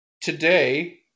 today